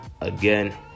Again